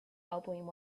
elbowing